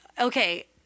Okay